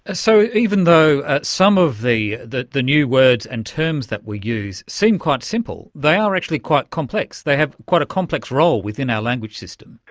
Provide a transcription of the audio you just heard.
ah so even though some of the the new words and terms that we use seem quite simple, they are actually quite complex, they have quite a complex role within our language system.